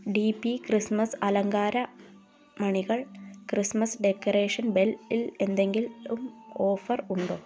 D P Christmas അലങ്കാര മണികൾ Christmas decoration bell ഇൽ എന്തെങ്കിലും ഓഫർ ഉണ്ടോ